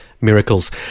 Miracles